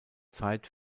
zeit